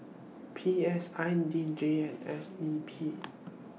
P S I D J and S D P